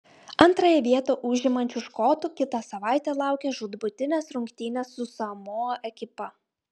antrąją vietą užimančių škotų kitą savaitę laukią žūtbūtinės rungtynės su samoa ekipa